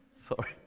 Sorry